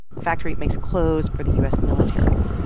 the factory makes clothes for the u s. military.